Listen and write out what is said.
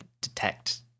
detect